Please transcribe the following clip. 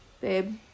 babe